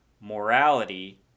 morality